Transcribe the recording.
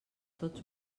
tots